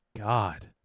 God